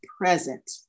present